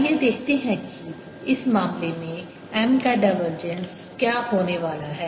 आइए देखते हैं कि इस मामले में M का डायवर्जेंस क्या होने वाला है